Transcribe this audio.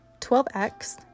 12X